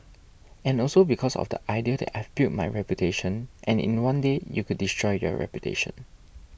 and also because of the idea that I've built my reputation and in one day you could destroy your reputation